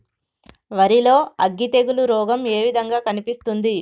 వరి లో అగ్గి తెగులు రోగం ఏ విధంగా కనిపిస్తుంది?